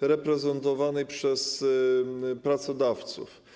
reprezentowanej przez pracodawców.